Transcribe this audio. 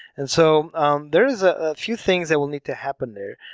and so um there is a few things that will need to happen there,